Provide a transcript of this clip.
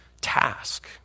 task